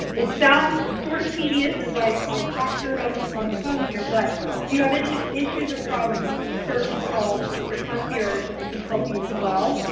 it sounds sorta tedious as i i talk through it on the on the phone here but if you have any issues or problems, you can certainly call your concierge and they can help you as well.